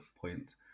point